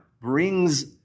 Brings